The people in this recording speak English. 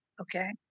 Okay